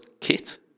kit